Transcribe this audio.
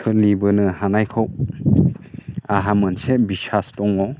सोलिबोनो हानायखौ आंहा मोनसे बिस्सास दङ